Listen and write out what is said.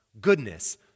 goodness